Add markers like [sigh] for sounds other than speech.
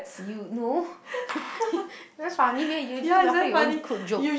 you no [breath] very funny meh you are just laughing at your own crude joke